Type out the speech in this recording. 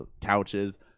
couches